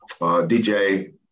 dj